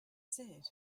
said